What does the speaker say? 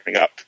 up